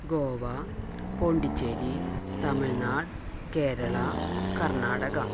Goa Pondicherry Tamil Nadu Kerala Karnataka